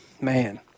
man